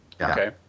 Okay